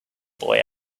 boy